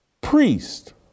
priest